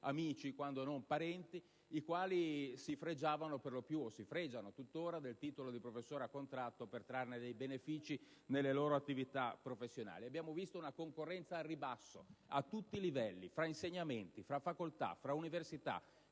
amici, quando non parenti, i quali si fregiavano - e si fregiano tuttora - del titolo di professore a contratto per trarne benefici nelle loro attività professionali. Abbiamo visto una concorrenza al ribasso, a tutti i livelli, tra insegnamenti, tra facoltà, tra università,